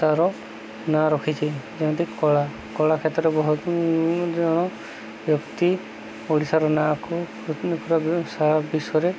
ତାର ନାଁ ରଖିଛି ଯେମିତି କଳା କଳା କ୍ଷେତ୍ରରେ ବହୁତ ଜଣ ବ୍ୟକ୍ତି ଓଡ଼ିଶାର ନାଁକୁ ସାରା ବିଶ୍ୱରେ